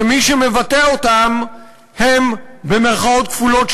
מי שמבטא אותן הם "שתולים" במירכאות כפולות,